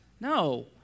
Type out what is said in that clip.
No